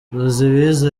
ruzibiza